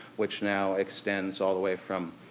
which now extends all the way from